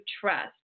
trust